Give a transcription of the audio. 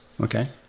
Okay